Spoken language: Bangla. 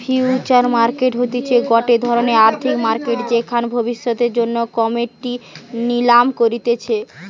ফিউচার মার্কেট হতিছে গটে ধরণের আর্থিক মার্কেট যেখানে ভবিষ্যতের জন্য কোমোডিটি নিলাম করতিছে